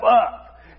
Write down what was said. up